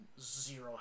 zero